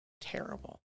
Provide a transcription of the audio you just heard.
terrible